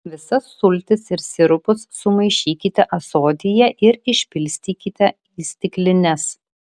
visas sultis ir sirupus sumaišykite ąsotyje ir išpilstykite į stiklines